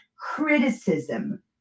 criticism